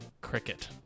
cricket